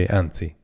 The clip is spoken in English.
anzi